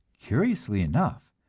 curiously enough,